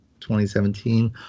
2017